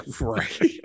right